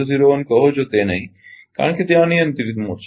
01 કહો છો તે નહીં કારણ કે તે અનિયંત્રિત મોડ છે